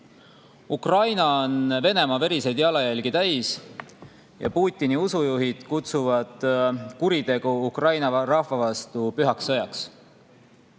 Ukraina on Venemaa veriseid jalajälgi täis ja Putini usujuhid kutsuvad kuritegu Ukraina rahva vastu pühaks sõjaks.